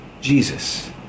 Jesus